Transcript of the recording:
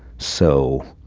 so,